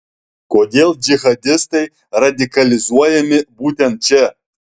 kodėl džihadistai radikalizuojami būtent čia